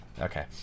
Okay